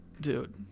Dude